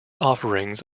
offerings